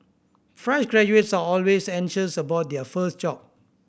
fresh graduates are always anxious about their first job